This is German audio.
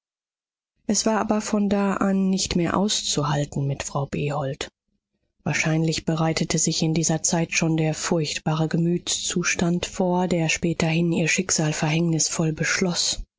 es war aber von da an nicht mehr auszuhalten mit frau behold wahrscheinlich bereitete sich in dieser zeit schon der furchtbare gemütszustand vor der späterhin ihr schicksal verhängnisvoll